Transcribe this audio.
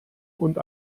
und